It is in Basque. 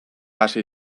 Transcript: hasi